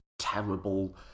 terrible